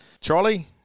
Charlie